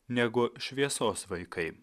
negu šviesos vaikai